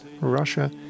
Russia